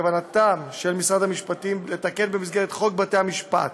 בכוונת משרד המשפטים לתקן במסגרת חוק בתי המשפט